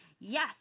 Yes